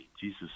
Jesus